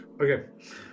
Okay